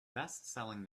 bestselling